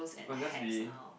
I'm just being